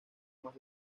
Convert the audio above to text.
más